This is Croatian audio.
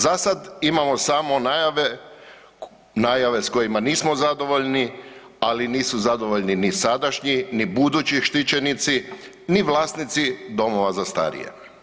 Zasad imamo samo najave, najave s kojima nismo zadovoljni, ali nisu zadovoljni ni sadašnji ni budući štićenici ni vlasnici domova za starije.